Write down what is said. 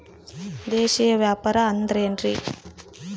ದೇಶೇಯ ವ್ಯಾಪಾರ ಅಂದ್ರೆ ಏನ್ರಿ?